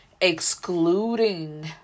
excluding